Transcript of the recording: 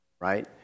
right